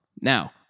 Now